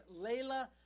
Layla